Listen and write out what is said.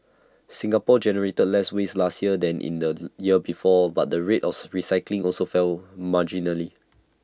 Singapore generated less waste last year than in the year before but the rate of recycling also fell marginally